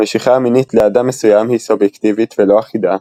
המשיכה המינית לאדם מסוים היא סובייקטיבית ולא אחידה,